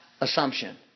assumption